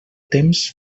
temps